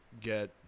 get